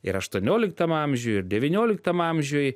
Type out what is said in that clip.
ir aštuonioliktam amžiui ir devynioliktam amžiui